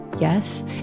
Yes